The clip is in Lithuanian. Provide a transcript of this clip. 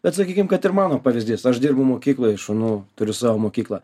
bet sakykim kad ir mano pavyzdys aš dirbu mokykloje šunų turiu savo mokyklą